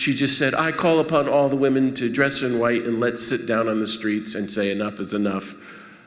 she just said i call upon all the women to dress in white and let's sit down on the streets and say enough is enough